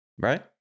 right